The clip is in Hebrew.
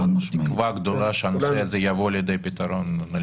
בתקווה גדולה שהנושא הזה יבוא לידי פתרון.